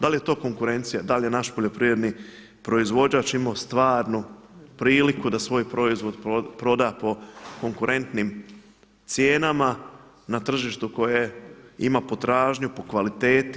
Da li je to konkurencija, da li je naš poljoprivredni proizvođač imao stvarnu priliku da svoj proizvod proda po konkurentnim cijenama na tržištu koje ima potražnju po kvaliteti?